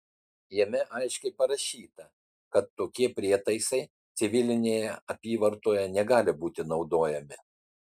jame aiškiai parašyta kad tokie prietaisai civilinėje apyvartoje negali būti naudojami